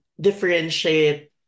differentiate